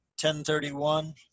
1031